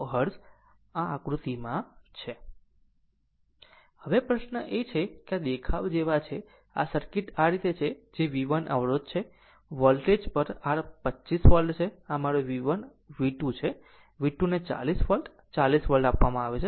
Ω હવે પ્રશ્ન એ છે કે આ દેખાવ જેવા છે સર્કિટ આ રીતે છે જે V 1 અવરોધ છે વોલ્ટેજ પર r 25 વોલ્ટ છે આ મારું V1 અને V2V2 છે V2 ને 40 વોલ્ટ 40 વોલ્ટ આપવામાં આવે છે